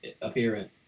appearance